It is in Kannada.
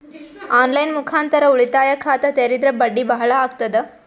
ಆನ್ ಲೈನ್ ಮುಖಾಂತರ ಉಳಿತಾಯ ಖಾತ ತೇರಿದ್ರ ಬಡ್ಡಿ ಬಹಳ ಅಗತದ?